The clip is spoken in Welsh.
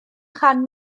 chan